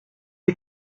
est